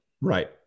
Right